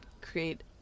create